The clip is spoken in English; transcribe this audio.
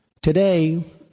Today